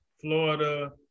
Florida